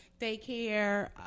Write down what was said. Daycare